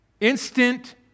Instant